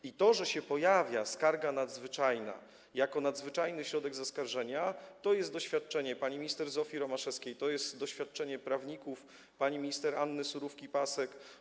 I to, że się pojawia skarga nadzwyczajna jako nadzwyczajny środek zaskarżenia, wynika z doświadczenia pani minister Zofii Romaszewskiej, doświadczenia prawników, pani minister Anny Surówki-Pasek.